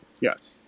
yes